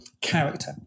character